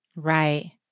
Right